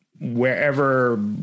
wherever